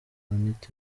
anita